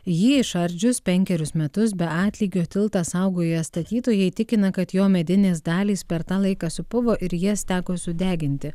jį išardžius penkerius metus be atlygio tiltą saugoję statytojai tikina kad jo medinės dalys per tą laiką supuvo ir jas teko sudeginti